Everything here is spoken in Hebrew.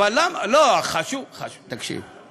אבל חשוב, תקשיב,